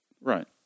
Right